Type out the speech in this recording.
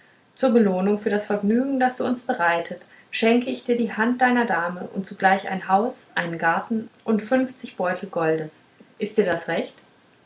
zur belohnung für das vergnügen das du uns bereitet schenke ich dir die hand deiner dame und zugleich ein haus einen garten und fünfzig beutel goldes ist dir das recht